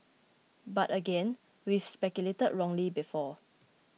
but again we've speculated wrongly before